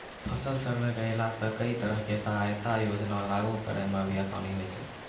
फसल सर्वे करैला सॅ कई तरह के सहायता योजना लागू करै म भी आसानी होय छै